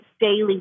daily